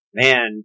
man